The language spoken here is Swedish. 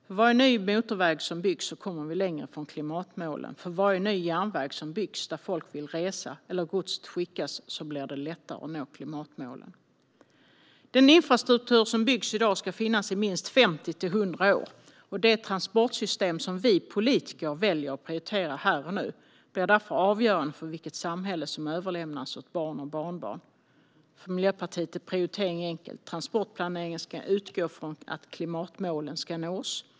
För varje ny motorväg som byggs kommer vi längre ifrån klimatmålen. För varje ny järnväg som byggs där folk vill resa eller där gods skickas blir det lättare att nå klimatmålen. Den infrastruktur som byggs i dag ska finnas i minst 50-100 år. Det transportsystem som vi politiker väljer att prioritera här och nu blir därför avgörande för vilket samhälle som överlämnas åt barn och barnbarn. För Miljöpartiet är prioriteringen enkel: Transportplaneringen ska utgå från att klimatmålen ska nås.